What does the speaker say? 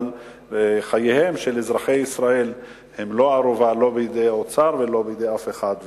אבל חייהם של אזרחי ישראל הם לא ערובה לא בידי האוצר ולא בידי אף אחד.